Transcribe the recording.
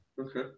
okay